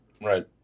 right